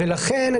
ולכן,